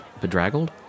Bedraggled